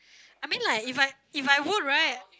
I mean like if I if I would right